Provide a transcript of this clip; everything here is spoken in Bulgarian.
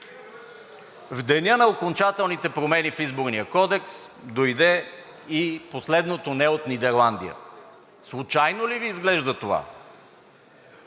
В деня на окончателните промени в Изборния кодекс дойде и последното „не“ от Нидерландия. Случайно ли Ви изглежда това?!